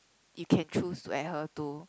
you can choose to adhere to